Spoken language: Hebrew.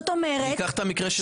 ניקח את המקרה שלך.